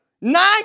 Nine